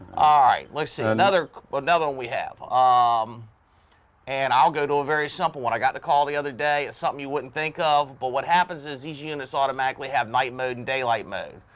ah let's see another but another one we have. um and i'll go to a very simple one. i got the call the other day. it's something you wouldn't think of but what happens is these units automatically have night mode and daylight mode,